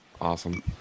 Awesome